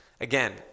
Again